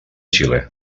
xile